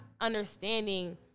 understanding